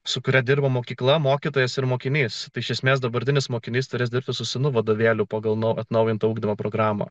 su kuria dirba mokykla mokytojas ir mokinys iš esmės dabartinis mokinys turės dirbti su senu vadovėlių pagal atnaujintą ugdymo programą